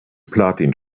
platin